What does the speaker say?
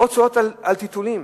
הוצאות על טיטולים,